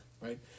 right